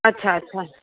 अच्छा अच्छा